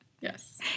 Yes